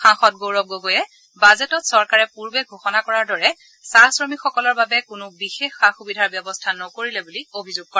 সাংসদ গৌৰৱ গগৈয়ে বাজেটত চৰকাৰে পূৰ্বে ঘোষণা কৰাৰ দৰে চাহ শ্ৰমিকসকলৰ বাবে কোনো বিশেষ সা সুবিধাৰ ব্যৱস্থা নকৰিলে বুলি অভিযোগ কৰে